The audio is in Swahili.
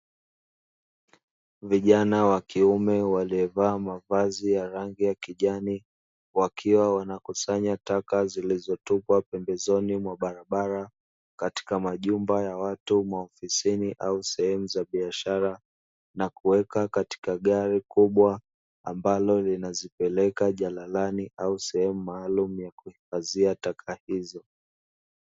Vijana wa kiume waliovaa mavazi ya rangi ya kijani, wakiwa wanakusanya taka zilizotupwa pembezoni mwa barabara, katika majumba ya watu, maofisini, au sehemu za biashara na kuweka katika gari kubwa, ambalo linazipeleka jalalani au sehemu maalumu ya kuhifadhia taka hizo.